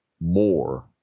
more